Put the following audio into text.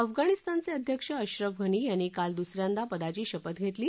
अफगाणीस्तानचे अध्यक्ष अश्रफ घनी यांनी काल दुस यांदा पदाची शपथ घेतली